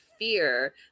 fear